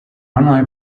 online